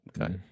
Okay